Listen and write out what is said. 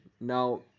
Now